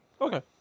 Okay